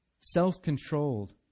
self-controlled